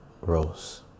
Rose